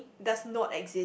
does not exist